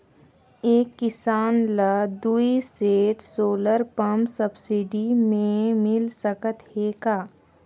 एक किसान ल दुई सेट सोलर पम्प सब्सिडी मे मिल सकत हे का?